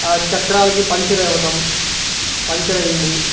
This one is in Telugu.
ఆ చక్రాలకి పంక్చర్ అవ్వటం పంక్చర్ అయింది